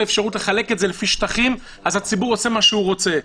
לחלק את זה לפי שטחים הציבור עושה מה שהוא רוצה.